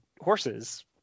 horses